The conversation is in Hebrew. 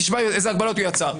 תשמע איזה הגבלות הוא יצר.